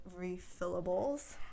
refillables